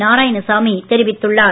நாராயணசாமி தெரிவித்துள்ளார்